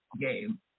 game